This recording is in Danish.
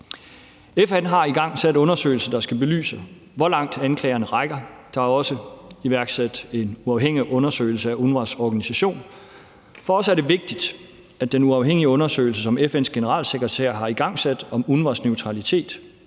FN har igangsat en undersøgelse, der skal belyse, hvor langt anklagerne rækker. Der er også iværksat en uafhængig undersøgelse af UNRWA's organisation. For os er det vigtigt, at den uafhængige undersøgelse, som FN's generalsekretær har igangsat om UNRWA's neutralitet,